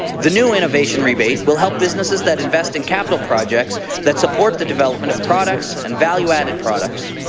the new innovation rebate will help businesses that invest in capital projects that support the development of products and value-added products.